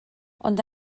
ond